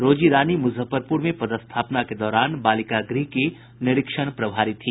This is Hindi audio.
रोजी रानी मुजफ्फरपुर में पदस्थापना के दौरान बालिका गृह की निरीक्षण प्रभारी थी